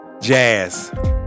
jazz